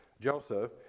Joseph